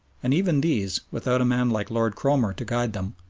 and even these, without a man like lord cromer to guide them,